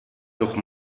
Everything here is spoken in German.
doch